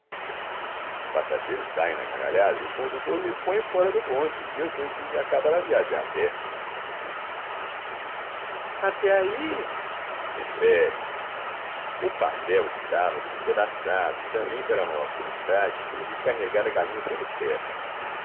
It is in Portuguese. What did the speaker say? os passageiros caem na gargalhada e o condutor me põe fora do bonde e tenho eu que acabar a viagem a pé até aí espere o papel estava despedaçado e também para maior comodidade resolvi carregar a galinha pelos pés